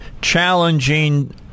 challenging